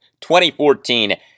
2014